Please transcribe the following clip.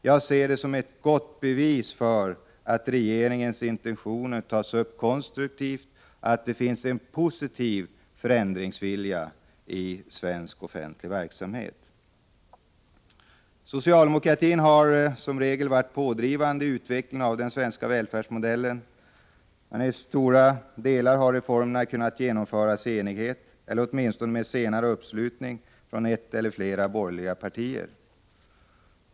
Jag ser allt detta som ett gott bevis på att regeringens intentioner tas upp på ett konstruktivt sätt, att det finns — vilket är positivt — en vilja till förändring inom svensk offentlig verksamhet. Socialdemokratin har som regel varit pådrivande i fråga om utvecklingen av den svenska välfärdsmodellen. I stora delar har reformerna kunnat genomföras i enighet - ibland har ett eller flera borgerliga partier senare slutit upp bakom reformerna.